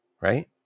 Right